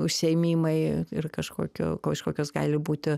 užsiėmimai ir kažkokio kažkokios gali būti